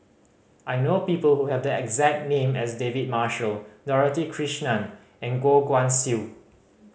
I know people who have the exact name as David Marshall Dorothy Krishnan and Goh Guan Siew